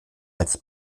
als